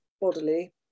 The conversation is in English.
bodily